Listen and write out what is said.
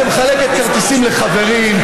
שמחלקת כרטיסים לחברים.